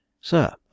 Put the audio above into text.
Sir